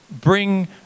bring